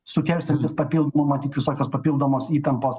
sukelsiantis papildomų matyt visokios papildomos įtampos